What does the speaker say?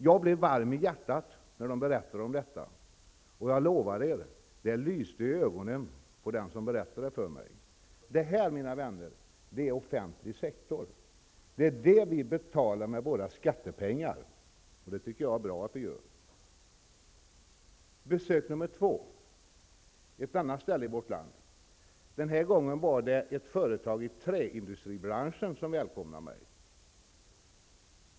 Jag blev varm i hjärtat när man berättade om detta. Jag lovar att det lyste ur ögonen på den som berättade det för mig. Detta, mina vänner, är offentlig sektor. Det är detta vi betalar med våra skattepengar. Det tycker jag är bra att vi gör. Besök nr 2 gjordes på ett annat ställe i vårt land. Den här gången var det ett företag i träindustribranschen som välkomnade mig.